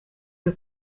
iyo